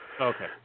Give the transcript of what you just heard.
Okay